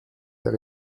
der